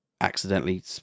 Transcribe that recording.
accidentally